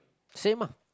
same ah